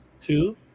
two